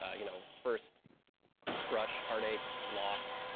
ah you know, first crush, heartache, loss,